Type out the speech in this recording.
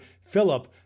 Philip